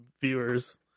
viewers